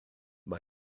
mae